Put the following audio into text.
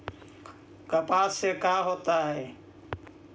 कपास से का होता है?